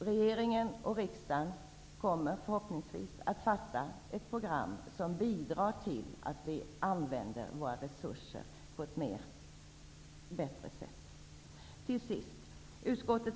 Regeringen och riksdagen kommer förhoppningsvis att fatta beslut om ett program som bidrar till att vi använder våra resurser på ett bättre sätt.